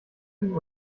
willen